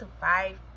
five